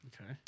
Okay